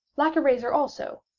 like a razor also,